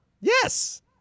Yes